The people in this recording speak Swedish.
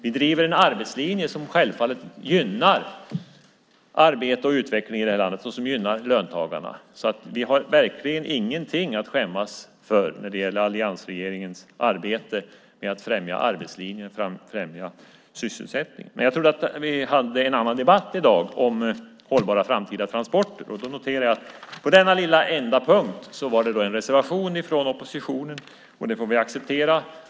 Vi driver en arbetslinje som självfallet gynnar arbete och utveckling i landet och som gynnar löntagarna. Vi har verkligen ingenting att skämmas för när det gäller alliansregeringens arbete med att främja arbetslinjen och sysselsättningen. Jag trodde att vi hade en annan debatt i dag, om hållbara framtida transporter. Då noterar jag att på denna enda lilla punkt var det en reservation från oppositionen. Det får vi acceptera.